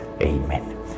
amen